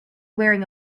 wearing